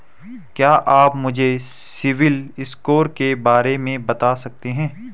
क्या आप मुझे सिबिल स्कोर के बारे में बता सकते हैं?